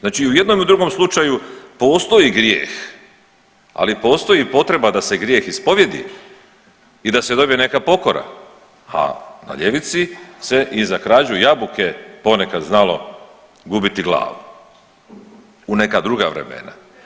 Znači i u jednom i u drugom slučaju postoji grijeh, ali postoji i potreba da se grijeh ispovijedi i da se dobije neka pokora, ha na ljevici se i za krađu jabuke ponekad znalo gubiti glavu u neka druga vremena.